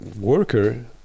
worker